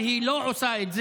והיא לא עושה את זה.